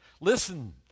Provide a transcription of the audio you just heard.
Listen